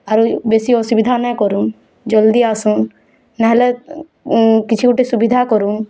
ଆରୁ ବେଶୀ ଅସୁବିଧା ନାଇ କରୁନ୍ ଜଲ୍ଦି ଆସୁନ୍ ନାଇହେଲେ କିଛି ଗୁଟେ ସୁବିଧା କରୁନ୍